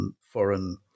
foreign